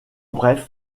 bref